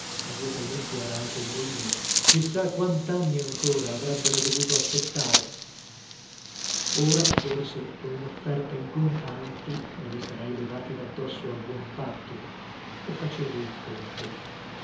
a due palmenti era anche il molino chi sa quantanni ancora avrebbero dovuto aspettare ora forse con unofferta in contanti me li sarei levati daddosso a buon patto e facevo il conto